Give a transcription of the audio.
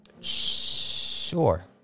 Sure